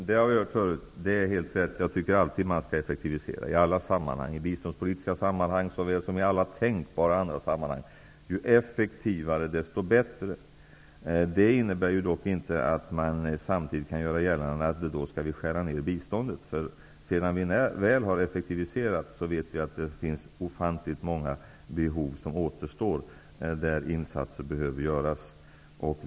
Herr talman! Jag tycker att man i alla sammanhang alltid bör effektivisera, i biståndssammanhang och i alla andra tänkbara sammanhang -- ju effektivare desto bättre. Det innebär emellertid inte att man samtidigt kan göra gällande att biståndet därmed kan skäras ned. Vi vet att det, när det väl har effektiviserats, återstår ett ofantligt stort behov av insatser.